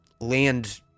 land